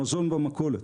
המזון במכולת.